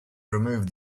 removed